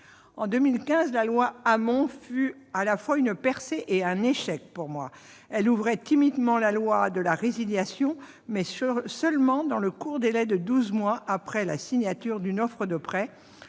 En 2015, la loi Hamon fut, selon moi, à la fois une percée et un échec. Elle ouvrait timidement la voie de la résiliation, mais seulement dans le court délai de douze mois suivant la signature d'une offre de prêt,